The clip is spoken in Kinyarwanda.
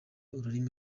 ururimi